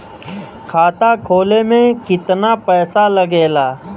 खाता खोले में कितना पैसा लगेला?